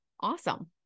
Awesome